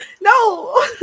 No